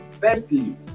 firstly